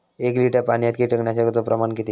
एक लिटर पाणयात कीटकनाशकाचो प्रमाण किती?